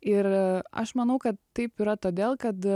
ir aš manau kad taip yra todėl kad